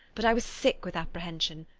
but i was sick with apprehension.